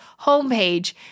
homepage